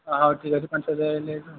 ହଁ ହଉ ଠିକ୍ ଅଛି ପାଞ୍ଚ ହଜାର ହେଲେ ହେବ